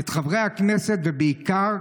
את חברי הכנסת ובעיקר,